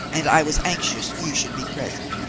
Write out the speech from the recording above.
and i was anxious you should be present.